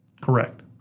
Correct